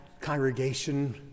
congregation